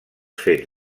fets